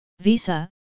Visa